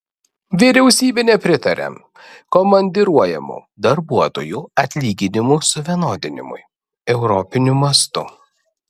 vyriausybė nepritaria komandiruojamų darbuotojų atlyginimų suvienodinimui europiniu mastu